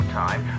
time